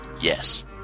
Yes